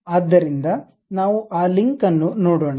ಆದ್ದರಿಂದ ನಾವು ಆ ಲಿಂಕ್ ಅನ್ನು ನೋಡೋಣ